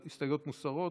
ההסתייגויות מוסרות.